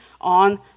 on